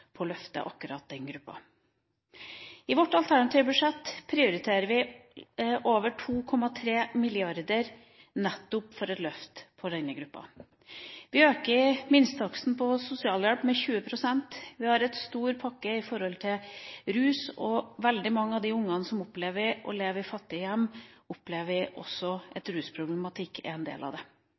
akkurat den gruppa. I vårt alternative budsjett prioriterer vi over 2,3 mrd. kr nettopp for å løfte denne gruppa. Vi øker minstetaksten på sosialhjelp med 20 pst. Vi har en stor pakke når det gjelder rus, og veldig mange av de ungene som opplever å leve i fattige hjem, opplever også at rusproblematikk er en del av det.